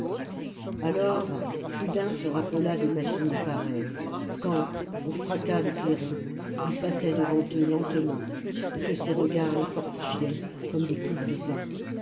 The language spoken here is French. alors plus d'un se rappela des matinées pareilles quand au fracas des clairons il passait devant eux lentement et que ses regards les fortifiaient comme des coupes de vin